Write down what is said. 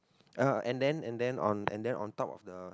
uh and then and then on and then on top of the